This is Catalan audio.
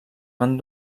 van